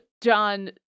John